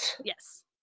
Yes